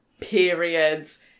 periods